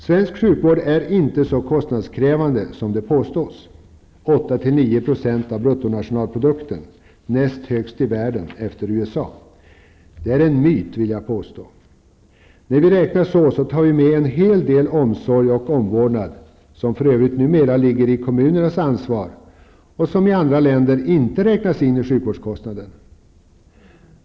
Svensk sjukvård är inte så kostnadskrävande som det påstås, 8--9 % av bruttonationalprodukten, näst högst i världen efter USA. Det är en myt, vill jag påstå. När vi räknar så tar vi med en hel del omsorg och omvårdnad, som för övrigt numera är kommunernas ansvar, och som i andra länder inte räknas in i sjukvårdskostnaden.